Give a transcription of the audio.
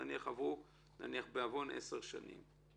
נניח בעוון עברו 10 שנים.